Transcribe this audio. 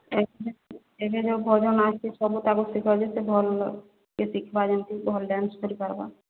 ଏବେ ଏବେ ଯେଉଁ ଭଜନ ଆସିଛି ସବୁ ତାକୁ ଶିଖାଇଲେ ସେ ଭଲ ସେ ଶିଖ୍ବା ଯେମିତି ଭଲ ଡ୍ୟାନ୍ସ କରିପାର୍ବା